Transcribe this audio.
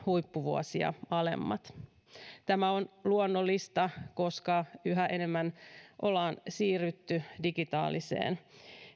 huippuvuosia alemmat tämä on luonnollista koska yhä enemmän ollaan siirrytty digitaaliseen